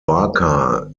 barker